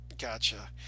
gotcha